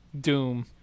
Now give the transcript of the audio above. Doom